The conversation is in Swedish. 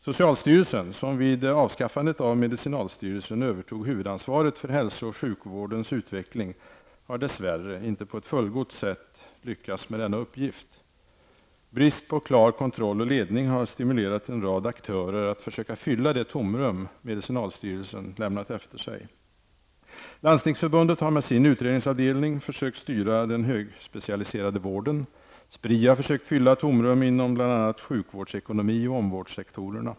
Socialstyrelsen, som vid avskaffandet av medicinalstyrelsen, övertog huvudansvaret för hälso och sjukvårdens utveckling har dess värre inte på ett fullgott sätt lyckats med denna uppgift. Brist på klar kontroll och ledning har stimulerat en rad aktörer att försöka fylla det tomrum medicinalstyrelsen lämnat efter sig. Landstingsförbundet har med sin utredningsavdelning försökt styra den högspecialiserade vården. SPRI har försökt fylla tomrum inom bl.a. sjukvårdsekonomi och omvårdnadssektorerna.